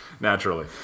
naturally